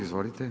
Izvolite.